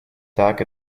так